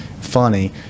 funny